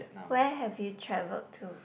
where have you travelled to